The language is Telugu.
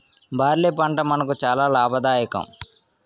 బార్లీ పంట మనకు చాలా లాభదాయకం